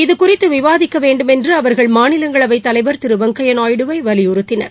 இது குறித்து விவாதிக்க வேண்டும் என்று அவர்கள் மாநிலங்களவை தலைவர் திரு வெங்கையா நாயுடுவை வலிபுறுத்தினர்